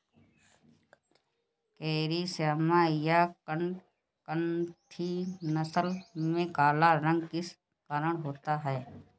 Carry श्यामा या कड़कनाथी नस्ल में काला रंग किस कारण होता है?